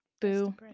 Boo